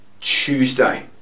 Tuesday